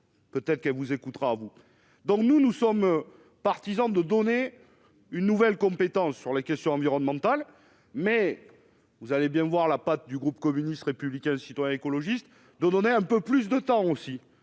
peut-être que vous écoutera donc nous nous sommes partisans de donner une nouvelle compétence sur les questions environnementales, mais vous allez bien voir la patte du groupe communiste républicain et citoyen écologiste, donner un peu plus de temps aussi